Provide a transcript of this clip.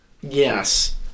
Yes